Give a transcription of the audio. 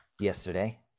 yesterday